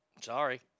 Sorry